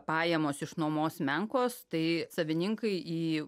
pajamos iš nuomos menkos tai savininkai į